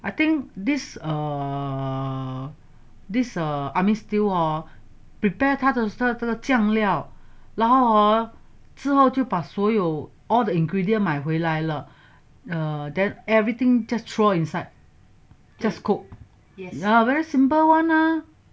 I think this err this err army stew hor 它的的酱料然后 hor 之后就把所有 all the ingredient 买回来了 err everything just throw inside just cook very simple one ah